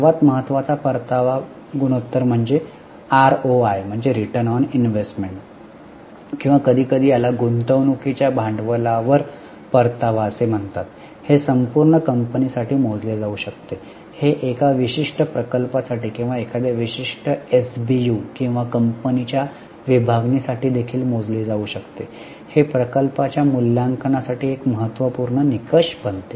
सर्वात महत्त्वाचा परतावा गुणोत्तर म्हणजे आरओआय रिटर्न ऑन इनव्हेस्टमेंट किंवा कधीकधी याला गुंतवणूकीच्या भांडवलावर परतावा असे म्हणतात हे संपूर्ण कंपनी साठी मोजले जाऊ शकते हे एका विशिष्ट प्रकल्पा साठी किंवा एखाद्या विशिष्ट एसबीयू किंवा कंपनीच्या विभागणी साठी देखील मोजले जाऊ शकते हे प्रकल्पांच्या मूल्यांकनासाठी एक महत्त्वपूर्ण निकष बनते